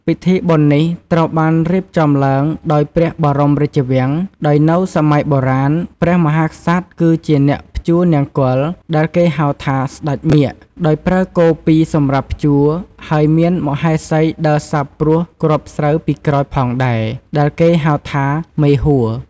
ពិធីបុណ្យនេះត្រូវបានរៀបចំឡើងដោយព្រះបរមរាជវាំង ដោយនៅសម័យបុរាណព្រះមហាក្សត្រគឺជាអ្នកភ្ជួរនង្គ័លដែលគេហៅថាសេ្ដចមាឃ ដោយប្រើគោ២សម្រាប់ភ្ជួរ ហើយមានមហេសីដើរសាបព្រួសគ្រាប់ស្រូវពីក្រោយផងដែរដែលគេហៅថាមេហួរ ។